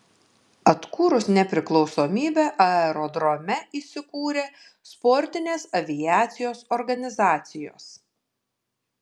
atkūrus nepriklausomybę aerodrome įsikūrė sportinės aviacijos organizacijos